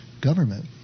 government